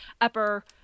upper